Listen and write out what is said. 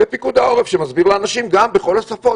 זה פיקוד העורף שמסביר לאנשים גם בכל השפות.